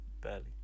Barely